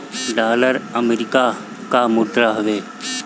dollar America कअ मुद्रा हवे